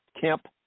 Kemp